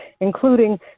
including